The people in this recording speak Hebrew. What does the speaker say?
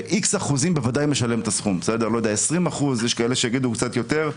ש-X אחוזים בוודאי משלם את הסכום 20% ויש כאלה שיגידו שקצת יותר,